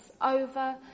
over